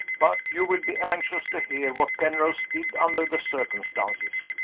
but you will be anxious to hear what penrose did under the circumstances.